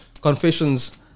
Confessions